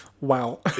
wow